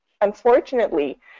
Unfortunately